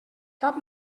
cap